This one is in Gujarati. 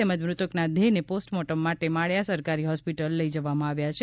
તેમજ મૃતકના દેહને પોસ્ટમોટર્મ માટે માળિયા સરકારી હોસ્પિટલ લઈ જવામાં આવ્યા છે